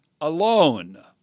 alone